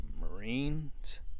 marines